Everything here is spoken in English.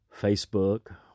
Facebook